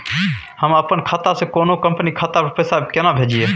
हम अपन खाता से कोनो कंपनी के खाता पर पैसा केना भेजिए?